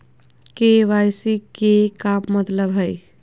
KYC के का मतलब हई?